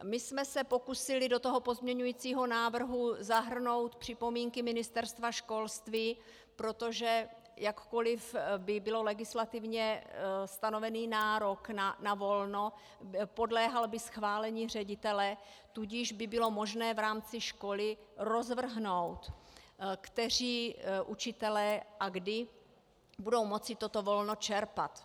My jsme se pokusili do toho pozměňujícího návrhu zahrnout připomínky Ministerstva školství, protože jakkoli by byl legislativně stanovený nárok na volno, podléhal by schválení ředitele, tudíž by bylo možné v rámci školy rozvrhnout, kteří učitelé a kdy budou moci toto volno čerpat.